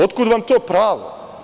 Otkud vam to pravo?